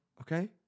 Okay